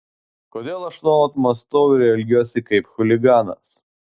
kodėl aš nuolat mąstau ir elgiuosi kaip chuliganas